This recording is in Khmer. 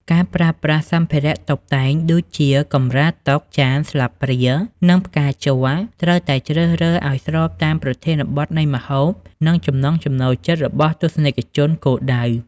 ការប្រើប្រាស់សម្ភារៈតុបតែង ដូចជាកម្រាលតុ ចាន ស្លាបព្រា និងផ្កាជ័រ ត្រូវតែជ្រើសរើសឱ្យស្របតាមប្រធានបទនៃម្ហូប និងចំណង់ចំណូលចិត្តរបស់ទស្សនិកជនគោលដៅ។